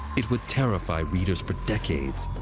it would terrify readers for decades.